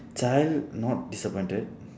child not disappointed